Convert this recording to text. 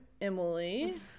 Emily